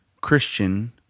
christian